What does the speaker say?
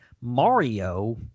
Mario